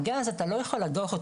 את הגז אתה לא יכול לאגור.